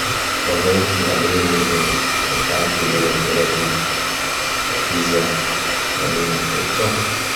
Ko jowii hite wawde toaster so bartan mo to waawdi?